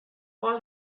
all